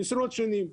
עשרות שנים.